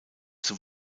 zum